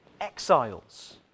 exiles